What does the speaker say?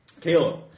Caleb